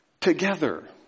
together